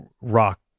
rock